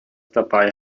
dabei